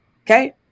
Okay